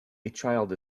child